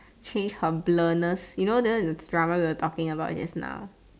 change her blurred lines you know that one is the drama we were talking about just now